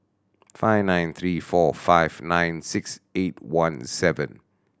five nine three four five nine six eight one seven